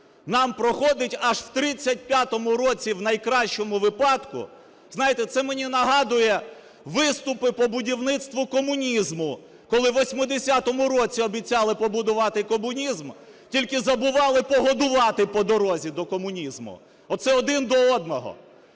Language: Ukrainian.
нам проходить аж в 35 році в найкращому випадку. Знаєте, це мені нагадує виступи по будівництву комунізму, коли в 80-му році обіцяли побудувати комунізм, тільки забували погодувати по дорозі до комунізму. Оце один до одного.